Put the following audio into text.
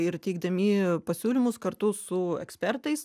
ir teikdami pasiūlymus kartu su ekspertais